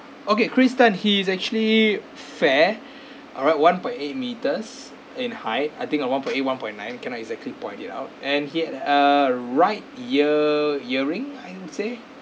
okay chris tan he is actually fair alright one point eight metres in height I think uh one point eight one point nine cannot exactly point it out and had a right ear earring I would say